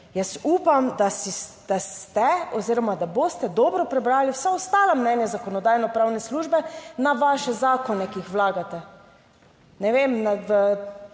oziroma da boste dobro prebrali vsa ostala mnenja Zakonodajno-pravne službe na vaše zakone, ki jih vlagate,